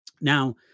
Now